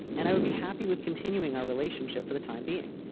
and i would be happy with continuing our relationship for the time being.